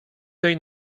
tej